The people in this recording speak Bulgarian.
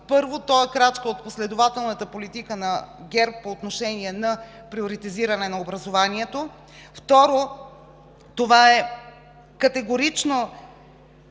Първо, то е крачка от последователната политика на ГЕРБ по отношение на приоритизиране на образованието. Второ, това е категорично